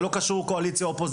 זה לא קשור לאופוזיציה-קואליציה,